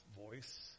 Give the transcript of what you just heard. voice